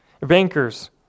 bankers